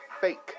fake